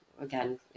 again